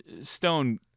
Stone